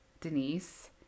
Denise